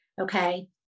Okay